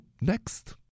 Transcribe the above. next